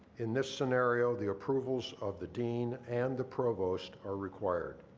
in this scenario, the approvals of the dean and the provost are required.